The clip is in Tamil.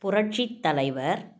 புரட்சித் தலைவர்